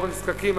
אנחנו נזקקים,